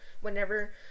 whenever